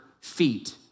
feet